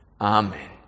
Amen